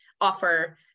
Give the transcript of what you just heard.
offer